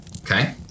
Okay